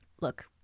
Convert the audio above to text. look